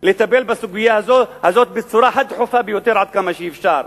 בסוגיה הזאת בצורה דחופה ביותר, עד כמה שאפשר.